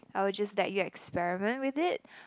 I would just let you experiment with it